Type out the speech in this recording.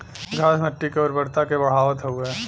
घास मट्टी के उर्वरता के बढ़ावत हउवे